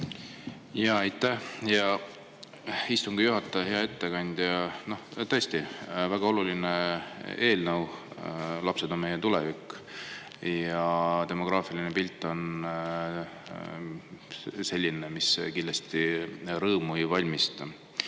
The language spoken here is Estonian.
Aitäh, hea istungi juhataja! Hea ettekandja, tõesti väga oluline eelnõu! Lapsed on meie tulevik ja demograafiline pilt on selline, mis kindlasti rõõmu ei valmista.